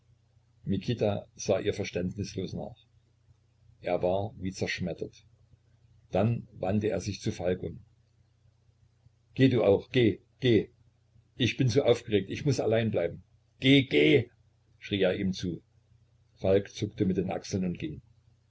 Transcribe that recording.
mikita sah ihr verständnislos nach er war wie zerschmettert dann wandte er sich zu falk um geh du auch geh geh ich bin zu aufgeregt ich muß allein bleiben geh geh schrie er ihm zu falk zuckte mit den achseln und ging